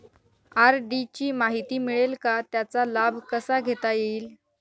RD ची माहिती मिळेल का, त्याचा लाभ कसा घेता येईल?